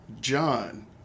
John